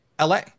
LA